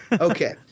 okay